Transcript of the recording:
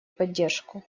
поддержку